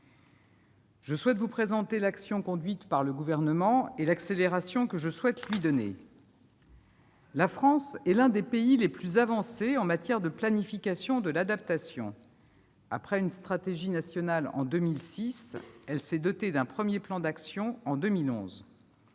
Je souhaite vous présenter l'action conduite par le Gouvernement et l'accélération que j'ai l'intention de lui donner. La France est l'un des pays les plus avancés en matière de planification de l'adaptation : après une stratégie nationale en 2006, elle s'est dotée d'un premier plan d'action en 2011.